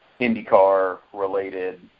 IndyCar-related